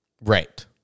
Right